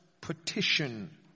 petition